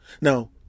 Now